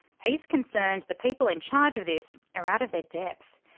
he's concerned the people in charge of this are out of their depth.